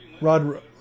Rod